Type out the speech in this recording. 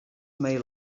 may